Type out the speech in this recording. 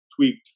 tweaked